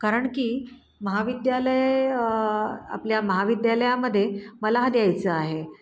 कारण की महाविद्यालय आपल्या महाविद्यालयामध्ये मला हा द्यायचा आहे